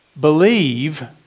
believe